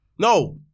No